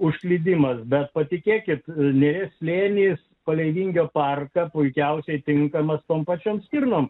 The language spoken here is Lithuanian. užklydimas bet patikėkit didelės lėlės palei vingio parką puikiausiai tinkama tom pačiom firmom